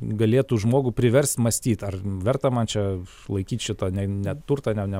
galėtų žmogų priverst mąstyt ar verta man čia laikyti šitą ne ne turtą ne